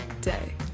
day